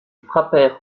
frappèrent